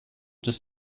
does